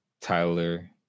Tyler